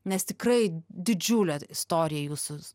nes tikrai didžiulė istorija jūsų